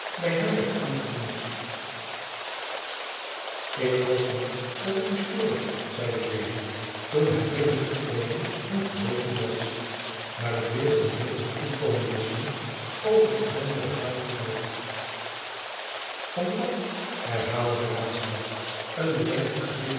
by hem werd aangediend ik hoop niet dat ik u stoore zeide deze toen hy binnengetreden en gezeten was maar ik wilde een woord met u komen wisselen over die ellendige zaak van buat van buat herhaalde de raadsheer een bedenkelijk gezicht